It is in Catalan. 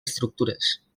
estructures